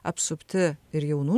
apsupti ir jaunų